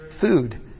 food